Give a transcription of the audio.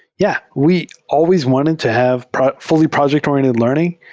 yeah. we always wanted to have fully project or iented learn ing,